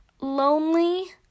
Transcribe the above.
lonely